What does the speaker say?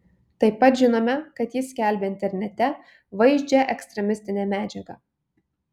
taip pat žinome kad jis skelbė internete vaizdžią ekstremistinę medžiagą